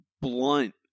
blunt